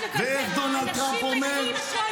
ואיך דונלד טראמפ אומר?